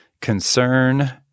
concern